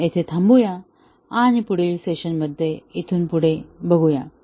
आपण इथे थांबूया आणि पुढच्या सेशन मध्ये इथून पुढे बघूया